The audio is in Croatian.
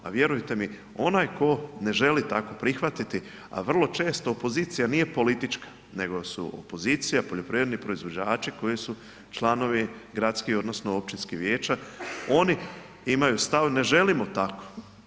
A vjerujte mi onaj tko ne želi tako prihvatiti, a vrlo često opozicija nije politička nego su opozicija poljoprivredni proizvođači koji su članovi gradskih odnosno općinskih vijeća, oni imaju stav ne želimo tako.